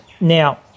Now